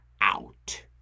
out